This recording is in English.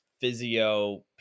physio